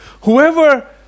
Whoever